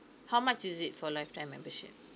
how much is it for lifetime membership